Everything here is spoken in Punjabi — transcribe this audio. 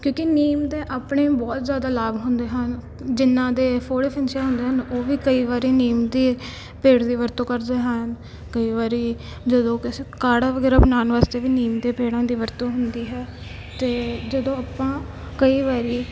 ਕਿਉਂਕਿ ਨਿੰਮ ਦੇ ਆਪਣੇ ਬਹੁਤ ਜ਼ਿਆਦਾ ਲਾਭ ਹੁੰਦੇ ਹਨ ਜਿੰਨ੍ਹਾਂ ਦੇ ਫੋੜੇ ਫਿਨਸੀਆਂ ਹੁੰਦੇ ਉਹ ਵੀ ਕਈ ਵਾਰੀ ਨਿੰਮ ਦੇ ਪੇੜ ਦੀ ਵਰਤੋਂ ਕਰਦੇ ਹਾਂ ਕਈ ਵਾਰੀ ਜਦੋਂ ਕਿਸੇ ਕਾੜਾ ਵਗੈਰਾ ਬਣਾਉਣ ਵਾਸਤੇ ਵੀ ਨਿੰਮ ਦੇ ਪੇੜਾਂ ਦੀ ਵਰਤੋਂ ਹੁੰਦੀ ਹੈ ਅਤੇ ਜਦੋਂ ਆਪਾਂ ਕਈ ਵਾਰੀ